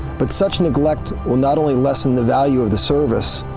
but such neglect will not only lessen the value of the service,